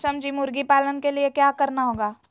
मुर्गी पालन के लिए क्या करना होगा?